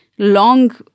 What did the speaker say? Long